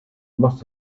must